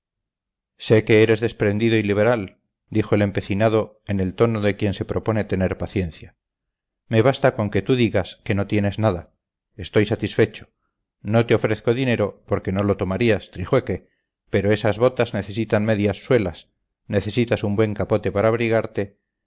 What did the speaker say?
sé que eres desprendido y liberal dijo el empecinado en el tono de quien se propone tener paciencia me basta con que tú digas que no tienes nada estoy satisfecho no te ofrezco dinero porque no lo tomarías trijueque pero esas botas necesitan medias suelas necesitas un buen capote para abrigarte